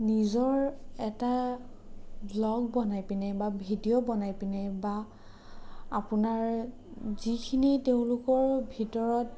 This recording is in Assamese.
নিজৰ এটা ব্ল'গ বনাই পিনে বা ভিডিঅ' বনাই পিনে বা আপোনাৰ যিখিনি তেওঁলোকৰ ভিতৰত